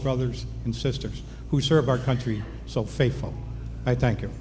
brothers and sisters who serve our country so faithful i thank you